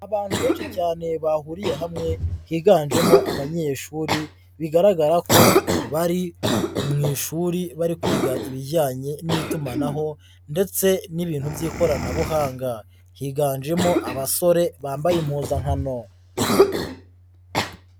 Abantu benshi cyane bahuriye hamwe higanjemo abanyeshuri bigaragara ko bari mu ishuri bari kwiga ibijyanye n'itumanaho ndetse n'ibintu by'ikoranabuhanga higanjemo abasore bambaye impuzankano.